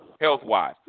health-wise